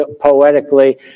poetically